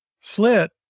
slit